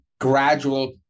gradual